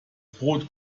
brot